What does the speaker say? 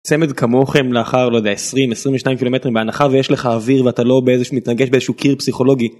צמד כמוכם לאחר לא יודע 20 22 קילומטרים, בהנחה ויש לך אוויר ואתה לא באיזה מתנגש באיזה שהוא קיר פסיכולוגי.